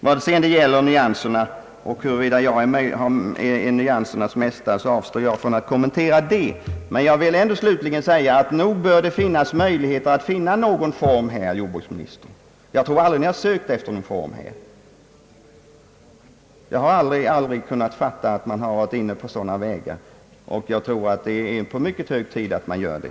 Vad sedan gäller nyanserna och huruvida jag är nyansernas mästare avstår jag från att göra några kommentarer, men jag vill ändå slutligen säga, att nog bör det finnas möjlighet att finna någon form för lösning av detta problem, herr jordbruksminister! Jag tror aldrig att man har sökt någon form härför, men det är mycket hög tid att man gör det.